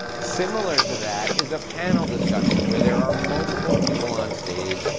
similar to that is a panel discussion where there are multiple people on stage,